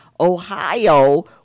Ohio